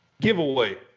giveaway